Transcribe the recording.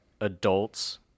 adults